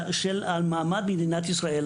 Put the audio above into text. על מעמד מדינת ישראל.